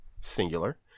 singular